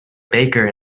baker